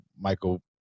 Michael